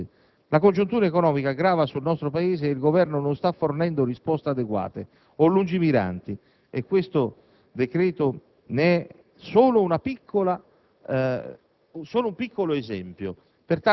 a cosa ciò porterà di realmente utile per il nostro Paese. La congiuntura economica grava sul nostro Paese e il Governo non sta fornendo risposte adeguate o lungimiranti; questo disegno di legge ne è solo un piccolo esempio.